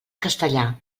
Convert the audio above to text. castellà